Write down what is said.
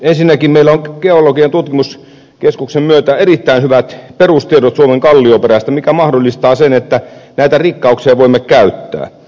ensinnäkin meillä on geologian tutkimuskeskuksen myötä erittäin hyvät perustiedot suomen kallioperästä mikä mahdollistaa sen että näitä rikkauksia voimme käyttää